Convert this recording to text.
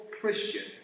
Christian